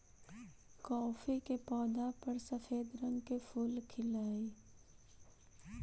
coffee के पौधा पर सफेद रंग के फूल खिलऽ हई